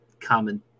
common